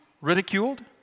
ridiculed